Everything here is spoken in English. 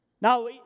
Now